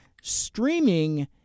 streaming